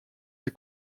des